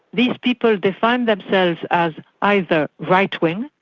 these people define themselves as either right-wing,